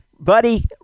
Buddy